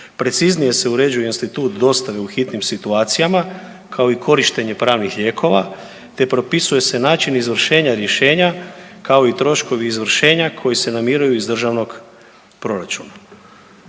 Preciznije se uređuje institut dostave u hitnim situacijama, kao i korištenje pravnih lijekova, te propisuje se način izvršenja rješenja, kao i troškovi izvršenja koji se namiruju iz državnog proračuna.